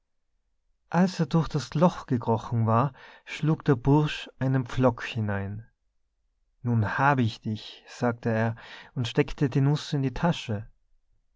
als er durch das loch gekrochen war schlug der bursch einen pflock hinein nun hab ich dich sagte er und steckte die nuß in die tasche